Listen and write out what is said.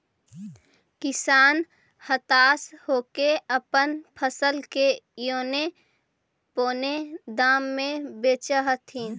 किसान हताश होके अपन फसल के औने पोने दाम में बेचऽ हथिन